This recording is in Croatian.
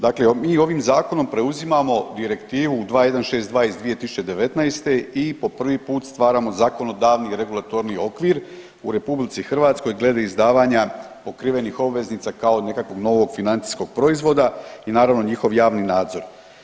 Dakle, mi ovim zakonom preuzimamo Direktivu 2162/2019 i po prvi put stvaramo zakonodavni regulatorni okvir u RH glede izdavanja pokrivenih obveznica kao nekakvog novog financijskog proizvoda i naravno njihov javni nadzor.